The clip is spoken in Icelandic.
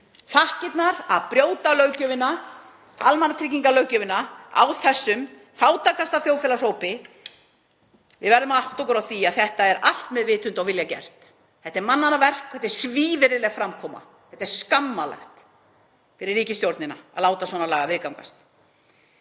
Þakkirnar eru að brjóta löggjöfina, almannatryggingalöggjöfina, á þessum fátækasta þjóðfélagshópi. Við verðum að átta okkur á því að þetta er allt með vitund og vilja gert. Þetta er mannanna verk. Þetta er svívirðileg framkoma. Það er skammarlegt fyrir ríkisstjórnina að láta svona lagað viðgangast,